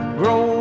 grow